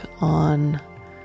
on